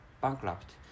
bankrupt